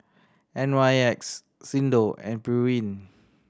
N Y X Xndo and Pureen